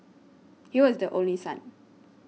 he was the only son